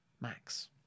Max